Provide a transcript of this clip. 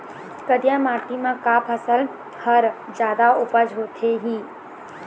करिया माटी म का फसल हर जादा उपज होथे ही?